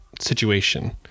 situation